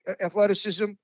athleticism